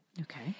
Okay